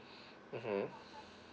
mmhmm